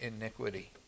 iniquity